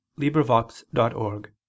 librivox.org